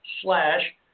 slash